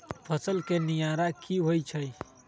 फसल के निराया की होइ छई?